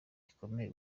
ikomeje